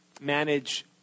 Manage